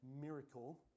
miracle